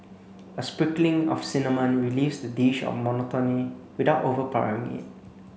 a sprinkling of cinnamon relieves the dish of monotony without overpowering it